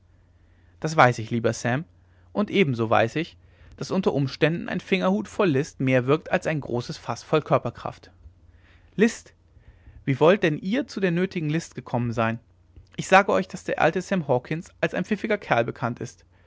das weiß ich lieber sam und ebenso weiß ich daß unter umständen ein fingerhut voll list mehr wirkt als ein großes faß voll körperkraft list wie wolltet denn ihr zu der nötigen list gekommen sein ich sage euch daß der alte sam hawkens als ein pfiffiger kerl bekannt ist